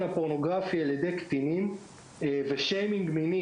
הפורנוגרפי על ידי קטינים ושיימינג מיני,